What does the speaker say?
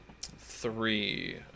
Three